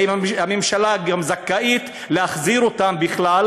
האם הממשלה גם זכאית להחזיר אותם בכלל